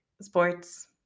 sports